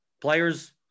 players